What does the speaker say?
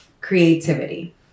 creativity